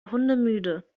hundemüde